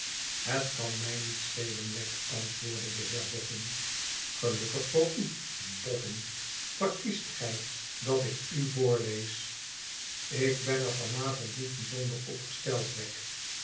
het kan mij niet schelen wegg antwoordde de heer boffin gelukkig voor u boffin verkiest gij dat ik u voorlees ik ben er van avond niet bijzonder op gesteld wegg